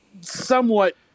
somewhat